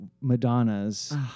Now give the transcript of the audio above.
Madonnas